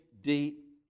deep